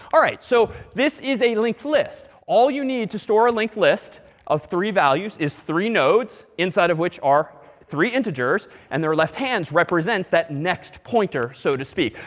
all right. so this is a linked list. all you need to store are linked list of three values is three nodes, inside of which are three integers, and their left hands represents that next pointer, so to speak.